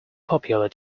popular